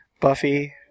Buffy